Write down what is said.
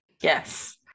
Yes